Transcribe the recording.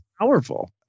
powerful